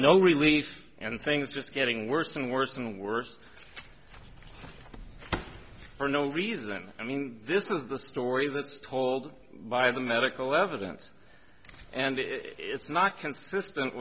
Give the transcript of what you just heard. no relief and things just getting worse and worse and worse for no reason i mean this is the stories are told by the medical evidence and it's not consistent